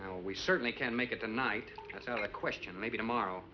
you know we certainly can't make it tonight a question maybe tomorrow